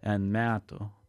n metų